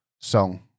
song